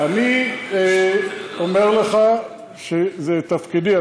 אני אומר לך שזה תפקידי.